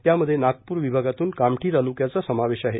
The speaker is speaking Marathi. त्यामध्ये नागपूर विमागातून कामठी तालुक्याचा समावेश आहे